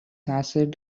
acid